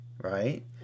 right